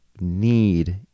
need